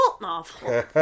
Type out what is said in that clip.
novel